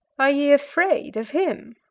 are ye afraid, of him?